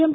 M